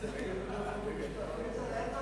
ההצעה להעביר את הנושא לוועדת החוקה, חוק ומשפט